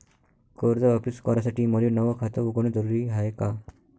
कर्ज वापिस करासाठी मले नव खात उघडन जरुरी हाय का?